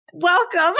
welcome